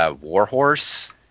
Warhorse